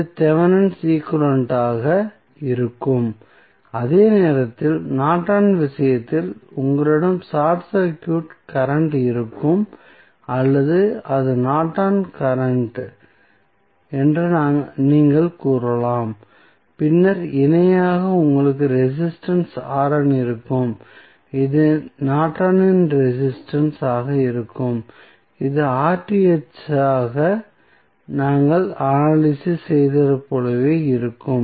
இது Thevenin's equivalent ஆக Thevenins equivalent இருக்கும் அதே நேரத்தில் நார்டனின் விஷயத்தில் உங்களிடம் ஷார்ட் சர்க்யூட் கரண்ட் இருக்கும் அல்லது அது நார்டனின் கரண்ட் Nortons current என்று நீங்கள் கூறலாம் பின்னர் இணையாக உங்களுக்கு ரெசிஸ்டன்ஸ் இருக்கும் இது நார்டனின் ரெசிஸ்டன்ஸ் Nortons resistance ஆக இருக்கும் இது க்காக நாங்கள் அனலிசிஸ் செய்ததைப் போலவே இருக்கும்